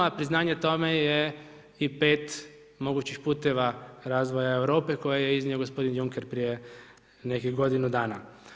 A priznanje tome je i 5 mogućih puteva razvoja Europe koje je iznio g. Junker prije nekih godinu dana.